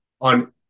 on